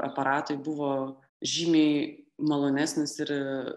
aparatui buvo žymiai malonesnis ir